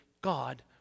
God